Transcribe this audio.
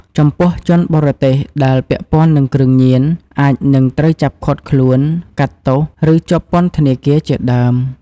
ចំពោះ ជនបរទេសដែលពាក់ព័ន្ធនឹងគ្រឿងញៀនអាចនិងត្រូវចាប់ឃាត់ខ្លួន កាត់ទោស ឬ ជាប់ពន្ធធនាគារជាដើម។